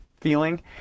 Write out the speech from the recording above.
feeling